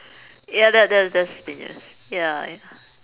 ya that that that's dangerous ya